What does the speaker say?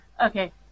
Okay